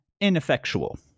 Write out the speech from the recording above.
ineffectual